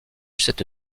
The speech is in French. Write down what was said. cette